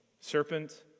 Serpent